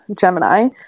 gemini